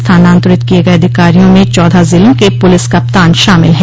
स्थानान्तरित किये गये अधिकारियों में चौदह जिलों के पुलिस कप्तान शामिल है